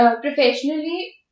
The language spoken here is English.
professionally